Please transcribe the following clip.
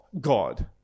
God